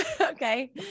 Okay